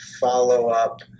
follow-up